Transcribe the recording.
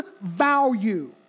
value